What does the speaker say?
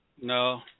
No